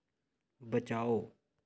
बचाओ